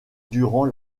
durant